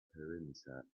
perimeter